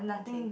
okay